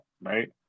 right